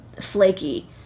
flaky